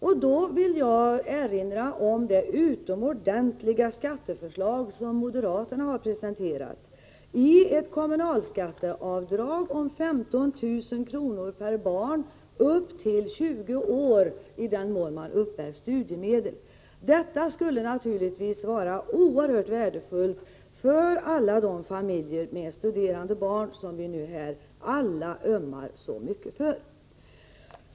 Jag vill då erinra om det utomordentliga skatteförslag som moderaterna har presenterat — ett kommunalskatteavdrag om 15 000 kr. per barn upp till 20 år, i den mån studiemedel uppbärs. Detta skulle naturligtvis vara oerhört värdefullt för familjer med studerande barn, som vi här alla ömmar så mycket för.